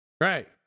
Right